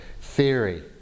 theory